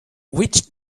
witch